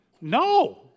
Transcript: no